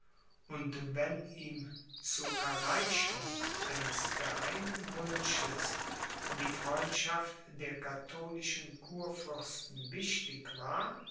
und wenn ihm zu erreichung eines geheimen wunsches die freundschaft der katholischen kurfürsten wichtig war